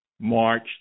march